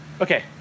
Okay